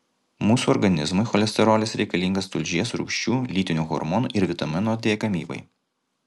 mūsų organizmui cholesterolis reikalingas tulžies rūgščių lytinių hormonų ir vitamino d gamybai